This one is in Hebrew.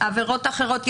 עבירות אחרות,